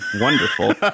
wonderful